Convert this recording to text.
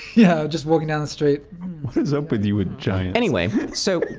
yeah. just walking down the street what is up with you with giants? anyway, so